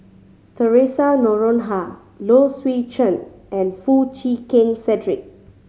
Theresa Noronha Low Swee Chen and Foo Chee Keng Cedric